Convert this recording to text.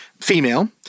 female